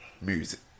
music